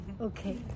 okay